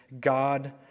God